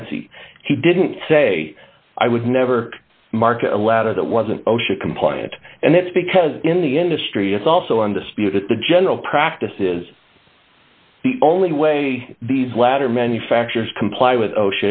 ansi he didn't say i would never market a letter that wasn't osha compliant and that's because in the industry it's also undisputed the general practice is the only way these latter manufacturers comply with o